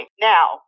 Now